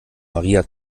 maria